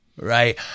right